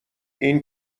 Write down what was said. این